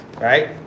right